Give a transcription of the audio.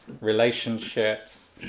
relationships